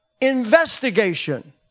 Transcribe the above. investigation